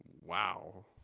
Wow